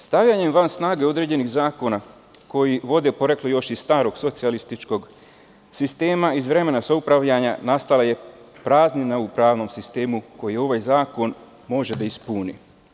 Stavljanjem van snage određenih zakona koji vode poreklo još iz starog socijalističkog sistema, iz vremena samoupravljanja, nastala je praznina u pravnom sistemu, koji ovaj zakon može da ispuni.